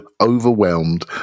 overwhelmed